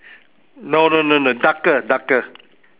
no no no no darker darker